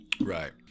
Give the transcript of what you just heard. Right